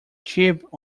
cheap